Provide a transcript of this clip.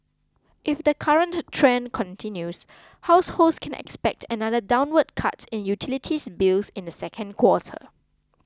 if the current trend continues households can expect another downward cut in utilities bills in the second quarter